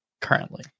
currently